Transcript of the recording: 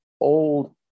old